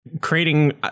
creating